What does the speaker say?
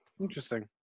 Interesting